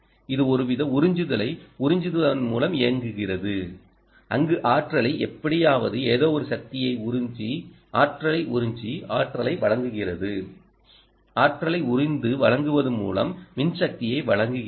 இது ஒருவித உறிஞ்சுதலை உறிஞ்சுவதன் மூலம் இயங்குகிறது அங்கு ஆற்றலை எப்படியாவது ஏதோவொரு சக்தியை உறிஞ்சி ஆற்றலை உறிஞ்சி ஆற்றலை வழங்குகிறது ஆற்றலை உறிஞ்சி வழங்குவதன் மூலம் மின்சக்தியை வழங்குகிறது